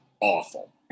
awful